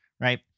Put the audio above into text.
right